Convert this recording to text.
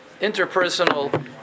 interpersonal